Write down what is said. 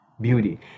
beauty